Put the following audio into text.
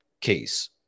case